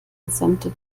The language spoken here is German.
gesamte